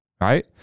right